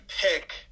pick